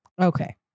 Okay